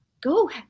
go